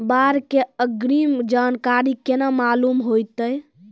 बाढ़ के अग्रिम जानकारी केना मालूम होइतै?